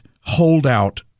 holdout